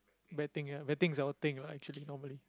betting ya betting's our thing lah actually normally